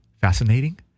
Fascinating